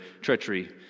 treachery